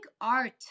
art